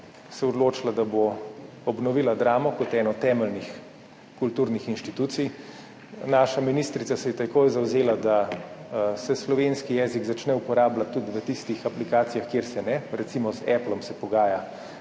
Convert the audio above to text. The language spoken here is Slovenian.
odločila, da bo obnovila Dramo kot eno temeljnih kulturnih inštitucij. Naša ministrica se je takoj zavzela, da se slovenski jezik začne uporabljati tudi v tistih aplikacijah, kjer se ne, recimo z Applom se pogaja